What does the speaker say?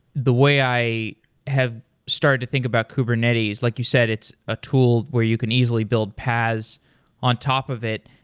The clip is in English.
the way i have started to think about kubernetes, like you said, it's a tool where you can easily build pass on top of it.